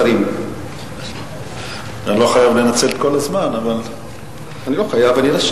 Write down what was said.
המדיניות הכלכלית לשנים 2011 ו-2012 (תיקוני חקיקה),